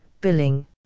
billing